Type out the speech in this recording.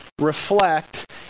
reflect